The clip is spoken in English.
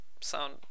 sound